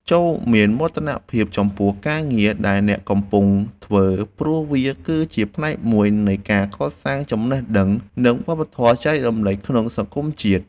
ចូរមានមោទនភាពចំពោះការងារដែលអ្នកកំពុងធ្វើព្រោះវាគឺជាផ្នែកមួយនៃការកសាងចំណេះដឹង និងវប្បធម៌ចែករំលែកក្នុងសង្គមជាតិ។